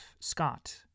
Scott